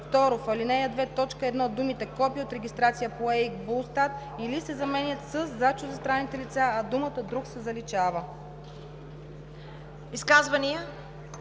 Изказвания?